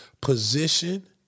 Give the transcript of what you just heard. position